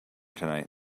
tonight